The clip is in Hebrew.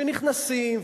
שנכנסים,